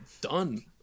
done